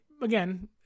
Again